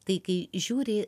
tai kai žiūri